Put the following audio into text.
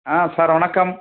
ஆ sir வணக்கம்